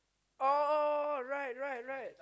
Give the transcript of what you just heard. oh right right right